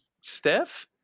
Steph